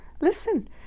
Listen